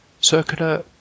circular